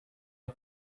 are